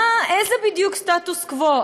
איזה סטטוס-קוו בדיוק?